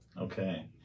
Okay